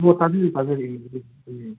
ꯑꯣ ꯇꯥꯖꯔꯤ ꯇꯥꯖꯔꯤ